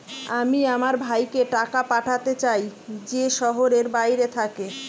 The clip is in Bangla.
আমি আমার ভাইকে টাকা পাঠাতে চাই যে শহরের বাইরে থাকে